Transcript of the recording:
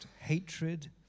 hatred